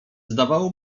zdawało